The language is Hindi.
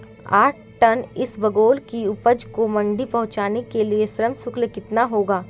आठ टन इसबगोल की उपज को मंडी पहुंचाने के लिए श्रम शुल्क कितना होगा?